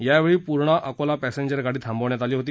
यावेळी पूर्णा अकोला पर्सिंगर गाडी थांबवण्यात आली होती